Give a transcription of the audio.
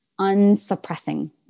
unsuppressing